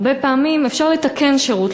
הרבה פעמים אפשר לתקן שירות,